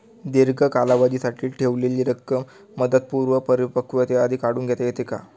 दीर्घ कालावधीसाठी ठेवलेली रक्कम मुदतपूर्व परिपक्वतेआधी काढून घेता येते का?